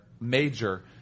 major